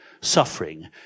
suffering